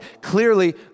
Clearly